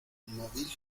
inmóvil